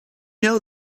know